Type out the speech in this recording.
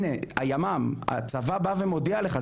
הימ"מ הצבא בא ומודיע לך,